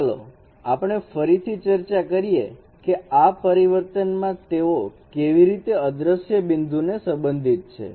તો ચાલો આપણે ફરીથી ચર્ચા કરીએ કે આ પરિવર્તનમાં તેઓ કેવી રીતે અદ્રશ્ય બિંદુને સંબંધિત છે